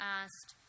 asked